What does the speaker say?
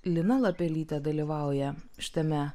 lina lapelytė dalyvauja šitame